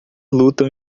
lutam